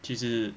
就是